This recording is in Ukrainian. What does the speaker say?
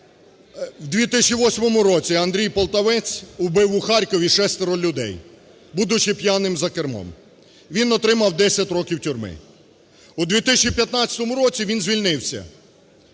В 2008 році Андрій Полтавець убив в Харкові шестеро людей, будучи п'яним за кермом. Він отримав 10 років тюрми. У 2015 році він звільнився.